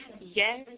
Yes